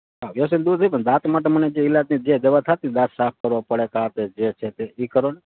વ્યસન દૂર ઠીક પણ દાંત માટે મને જે ઈલાજ ને જે દવા થતી દાંત સાફ કરવો પડે કે આ તે જે છે એ કરો ને